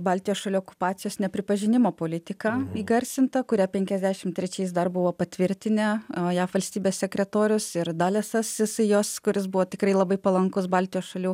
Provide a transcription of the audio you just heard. baltijos šalių okupacijos nepripažinimo politika įgarsinta kurią penkiasdešim trečiais dar buvo patvirtinę o jav valstybės sekretorius ir dalesas jisai jos kuris buvo tikrai labai palankus baltijos šalių